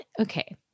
okay